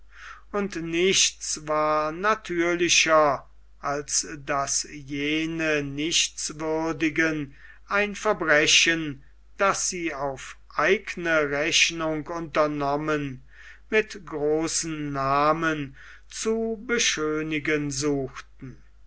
und nichts war natürlicher als daß jene nichtswürdigen ein verbrechen das sie auf eigene rechnung unternommen mit großen namen zu beschönigen suchten